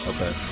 Okay